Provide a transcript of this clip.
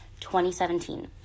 2017